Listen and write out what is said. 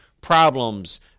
problems